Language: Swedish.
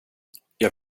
jag